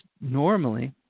normally